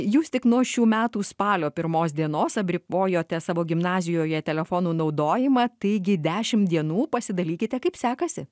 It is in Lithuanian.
jūs tik nuo šių metų spalio pirmos dienos apribojote savo gimnazijoje telefonų naudojimą taigi dešimt dienų pasidalykite kaip sekasi